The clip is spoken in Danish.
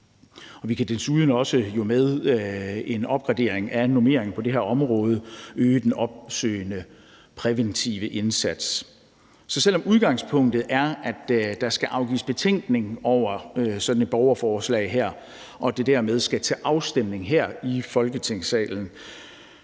Vi kan jo desuden også med en opgradering af normeringen på det her område øge den opsøgende, præventive indsats. Så selv om udgangspunktet er, at der skal afgives betænkning over sådan et borgerforslag her, og det dermed skal til afstemning her i Folketingssalen,